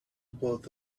both